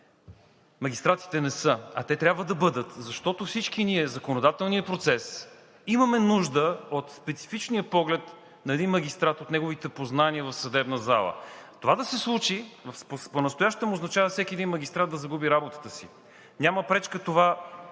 магистратите не са. А те трябва да бъдат, защото всички ние в законодателния процес имаме нужда от специфичния поглед на един магистрат, от неговите познания в съдебната зала. Това да се случи понастоящем, означава всеки един магистрат да загуби работата си. Няма причина това